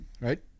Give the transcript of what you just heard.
right